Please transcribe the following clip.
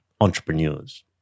entrepreneurs